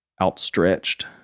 outstretched